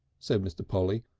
said mr. polly.